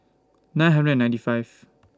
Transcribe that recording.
nine hundred and ninety five